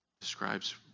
describes